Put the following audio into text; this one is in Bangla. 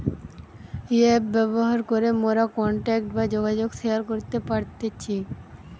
এপ ব্যবহার করে মোরা কন্টাক্ট বা যোগাযোগ শেয়ার করতে পারতেছি